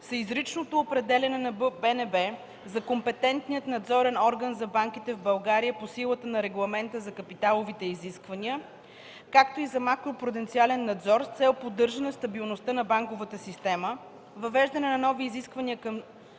изричното определяне на БНБ за компетентния надзорен орган за банките в България по силата на Регламента за капиталовите изисквания, както и за макропруденциален надзор с цел поддържане стабилността на банковата система, въвеждане на нови изисквания към членовете